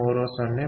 3 0